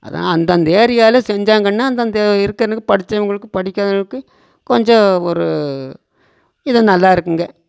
அதுதான் அந்தந்த ஏரியாவில் செஞ்சாங்கன்னால் அந்தந்த இருக்கிறனுக்குப் படித்தவங்களுக்கு படிக்காதவங்களுக்கு கொஞ்சம் ஒரு இது நல்லாயிருக்குங்க